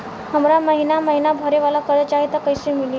हमरा महिना महीना भरे वाला कर्जा चाही त कईसे मिली?